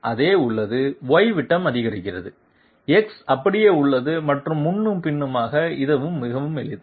X அதே உள்ளது Y விட்டம் அதிகரிக்கிறது X அப்படியே உள்ளது மற்றும் முன்னும் பின்னுமாக இது மிகவும் எளிது